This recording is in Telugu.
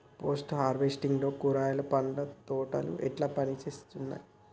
పోస్ట్ హార్వెస్టింగ్ లో కూరగాయలు పండ్ల తోటలు ఎట్లా పనిచేత్తనయ్?